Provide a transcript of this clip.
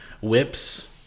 whips